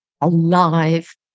alive